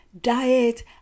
diet